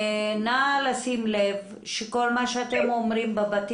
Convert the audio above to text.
הנחיות בכל מה שקשור לנושא הפעלת אתרי בנייה